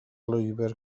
lwybr